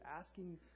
asking